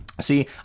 See